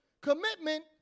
commitment